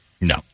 no